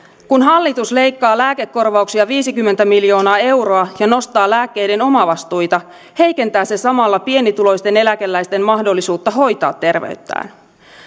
kun hallitus leikkaa lääkekorvauksia viisikymmentä miljoonaa euroa ja nostaa lääkkeiden omavastuita heikentää se samalla pienituloisten eläkeläisten mahdollisuutta hoitaa terveyttään